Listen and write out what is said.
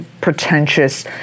pretentious